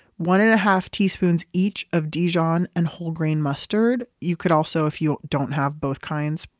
one and a half teaspoons each of dijon and whole grain mustard. you could also, if you don't have both kinds,